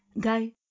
Guy